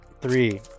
three